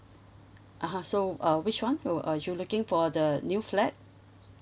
(uh huh) so uh which one uh are you looking for the new flat